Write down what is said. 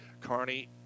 Carney